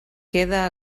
queda